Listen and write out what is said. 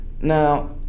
now